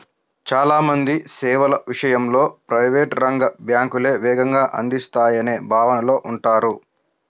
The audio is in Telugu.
చాలా మంది సేవల విషయంలో ప్రైవేట్ రంగ బ్యాంకులే వేగంగా అందిస్తాయనే భావనలో ఉంటారు